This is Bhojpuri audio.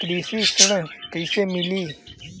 कृषि ऋण कैसे मिली?